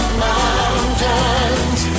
mountains